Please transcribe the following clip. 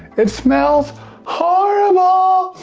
it smells horrible.